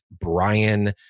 Brian